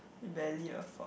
barely you afford